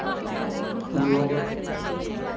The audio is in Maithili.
योग